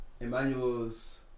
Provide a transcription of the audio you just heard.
Emmanuel's